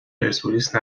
پرسپولیس